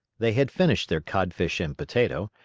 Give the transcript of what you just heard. they had finished their codfish and potato,